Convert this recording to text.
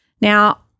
Now